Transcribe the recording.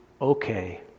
okay